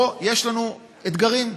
פה יש לנו אתגרים.